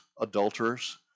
adulterers